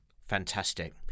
fantastic